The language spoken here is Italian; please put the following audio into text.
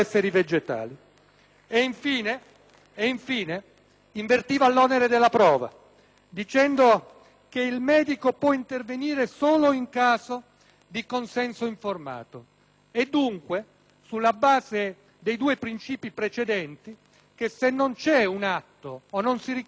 Infine, invertiva l'onere della prova, affermando che il medico può intervenire solo in caso di consenso informato. Dunque, sulla base dei due princìpi precedenti, se non c'è o non si ricostruisce un atto